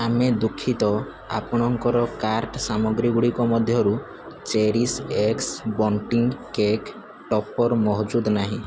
ଆମେ ଦୁଃଖିତ ଆପଣଙ୍କର କାର୍ଟ୍ ସାମଗ୍ରୀଗୁଡ଼ିକ ମଧ୍ୟରୁ cherish x bunting cake topper ମହଜୁଦ ନାହିଁ